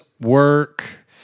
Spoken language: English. work